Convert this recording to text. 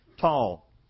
tall